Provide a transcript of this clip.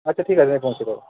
আচ্ছা ঠিক আছে আমি পৌঁছে দেবো